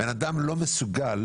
אדם לא מסוגל